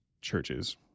churches